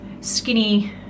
skinny